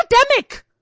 academic